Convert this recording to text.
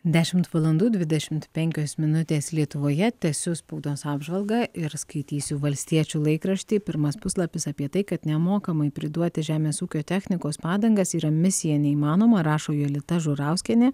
dešimt valandų dvidešimt penkios minutės lietuvoje tęsiu spaudos apžvalgą ir skaitysiu valstiečių laikraštį pirmas puslapis apie tai kad nemokamai priduoti žemės ūkio technikos padangas yra misija neįmanoma rašo jolita žurauskienė